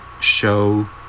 show